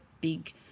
big